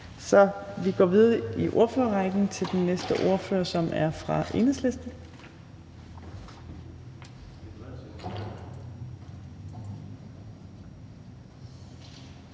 så vi går videre i ordførerrækken til den næste ordfører, som er fra Enhedslisten,